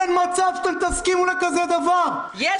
אין מצב שאתם תסכימו לכזה דבר -- יש מצב.